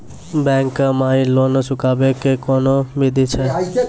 Bank माई loan चुकाबे के कोन बिधि छै?